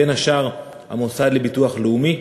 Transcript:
בין השאר המוסד לביטוח לאומי.